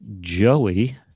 Joey